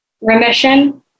remission